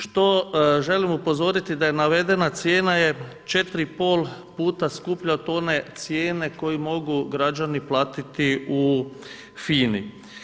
Što želim upozoriti da je navedena cijena je četiri i pol puta skuplja od one cijene koju mogu građani platiti u FINI.